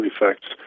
effects